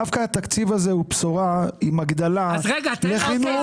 דווקא בתקציב הזה יש הגדלה לחינוך,